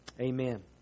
amen